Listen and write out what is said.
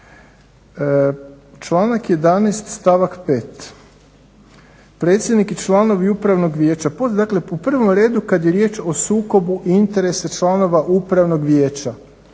Članak 11. stavak 5. – predsjednik i članovi upravnog vijeća, dakle u prvom redu kad je riječ o sukobu interesa članova upravnog vijeća,